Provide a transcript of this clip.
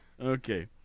Okay